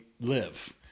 live